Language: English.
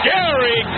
Gary